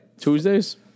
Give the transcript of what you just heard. Tuesdays